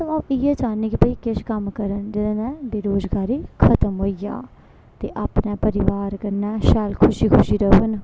आ'ऊं इ'यै चाहन्नीं भाई कि किश कम्म करन जेह्दे कन्नै बेरोजगारी खतम होई जा ते अपने परिवार कन्नै शैल खुशी खुशी रौह्न